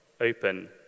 open